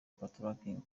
patoranking